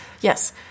yes